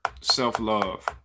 self-love